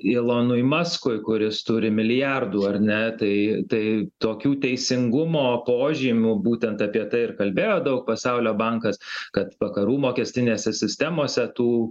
ilonui maskui kuris turi milijardų ar ne tai tai tokių teisingumo požymių būtent apie tai ir kalbėjo daug pasaulio bankas kad vakarų mokestinėse sistemose tų